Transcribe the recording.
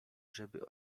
żeby